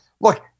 Look